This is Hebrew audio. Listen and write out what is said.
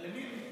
למי בדיוק?